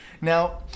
Now